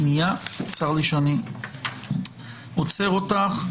צר לי שאני עוצר אותך.